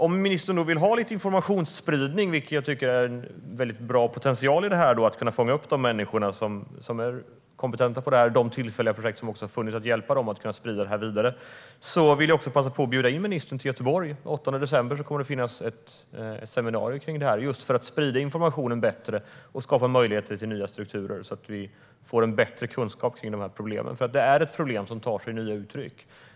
Om ministern vill ha lite informationsspridning tycker jag att det finns en bra potential i att fånga upp de människor som är kompetenta och som har funnits i de tillfälliga projekten, för att hjälpa dem att sprida dem vidare. Jag vill passa på att bjuda in ministern till Göteborg. Den 8 december kommer det att hållas ett seminarium om detta, för att sprida informationen bättre och skapa möjligheter till nya strukturer så att vi får en bättre kunskap om dessa problem. För det är ett problem som tar sig nya uttryck.